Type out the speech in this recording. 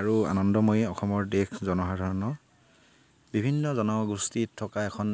আৰু আনন্দময় অসমৰ দেশ জনসাধাৰণৰ বিভিন্ন জনগোষ্ঠী থকা এখন